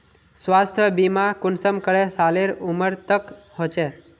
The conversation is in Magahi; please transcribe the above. स्वास्थ्य बीमा कुंसम करे सालेर उमर तक होचए?